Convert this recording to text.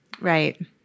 Right